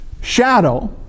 shadow